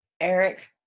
Eric